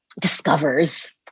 discovers